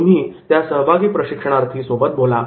तुम्ही त्या सहभागी प्रशिक्षणार्थी सोबत बोला